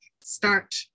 start